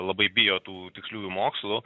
labai bijo tų tiksliųjų mokslų